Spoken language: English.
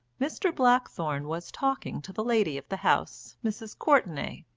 mr. blackthorne was talking to the lady of the house, mrs. courtenay,